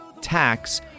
tax